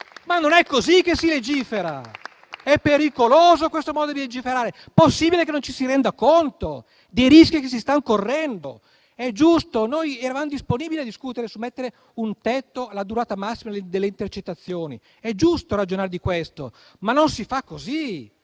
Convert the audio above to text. Non è così che si legifera, è pericoloso questo modo di legiferare. Possibile che non ci si renda conto dei rischi che si stanno correndo? Noi eravamo disponibili a discutere sull'opportunità di mettere un tetto alla durata massima delle intercettazioni; è giusto ragionare di questo, ma non si fa così,